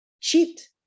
cheat